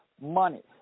money